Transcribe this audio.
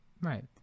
right